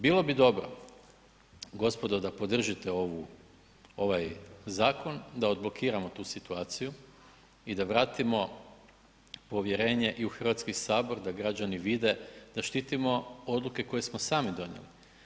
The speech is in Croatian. Bilo bi dobro gospodo da podržite ovaj zakon, da odblokiramo tu situaciju i da vratimo povjerenje i u Hrvatski sabor, da građani vide da štitimo odluke koje smo sami donijeli.